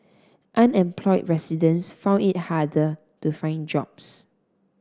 unemployed residents found it harder to find jobs